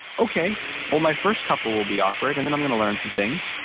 okay well my first couple will be awkward and then i'm gonna learn some things.